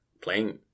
playing